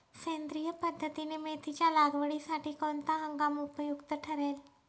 सेंद्रिय पद्धतीने मेथीच्या लागवडीसाठी कोणता हंगाम उपयुक्त ठरेल?